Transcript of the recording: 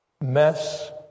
mess